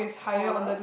taller